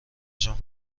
جان